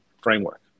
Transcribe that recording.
framework